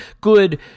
good